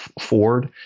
Ford